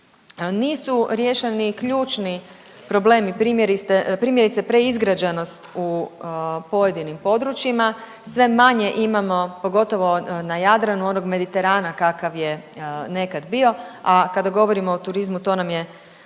Nisu riješeni ključni problemi, primjerice preizgrađenost u pojedinim područjima. Sve manje imamo pogotovo na Jadranu onog Mediterana kakav je nekad bio, a kada govorimo o turizmu to nam je